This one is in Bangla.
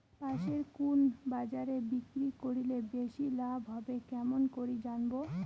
পাশের কুন বাজারে বিক্রি করিলে বেশি লাভ হবে কেমন করি জানবো?